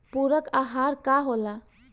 पुरक अहार का होला?